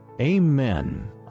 Amen